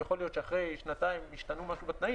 ויכול להיות שאחרי שנתיים ישתנה משהו בתנאים